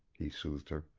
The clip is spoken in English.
he soothed her.